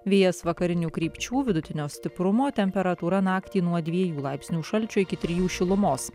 vėjas vakarinių krypčių vidutinio stiprumo temperatūra naktį nuo dviejų laipsnių šalčio iki trijų šilumos